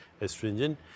astringent